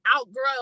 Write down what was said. outgrow